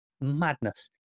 madness